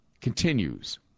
continues